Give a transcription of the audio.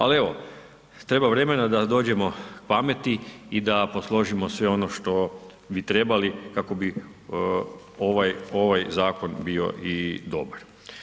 Ali, evo, treba vremena da dođemo pameti i da posložimo sve ono što bi trebali kako bi ovaj zakon bio i dobar.